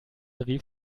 rief